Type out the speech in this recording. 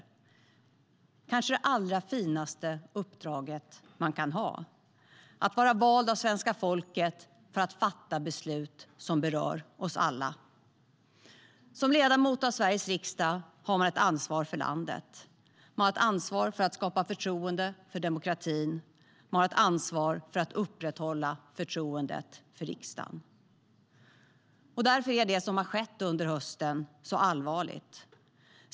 Det är kanske det allra finaste uppdraget man kan ha, att vara vald av svenska folket för att fatta beslut som berör oss alla. Därför är det som har skett under hösten allvarligt.